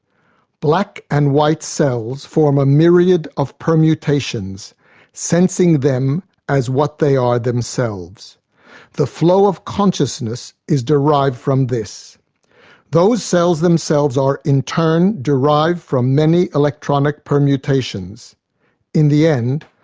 black and white cells form a myriad of permutations sensing them as what they are themselves the flow of consciousness is derived from this those cells themselves are, in turn, derived from many electronic permutations in the end,